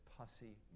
pussy